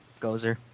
Gozer